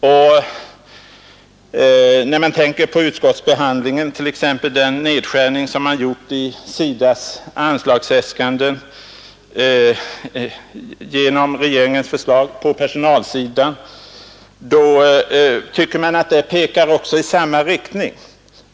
Och när man tänker på den nedskärning som gjorts i SIDA :s anslagsäskanden genom regeringens förslag på personalsidan, tycker man att detta beslut pekar i samma riktning.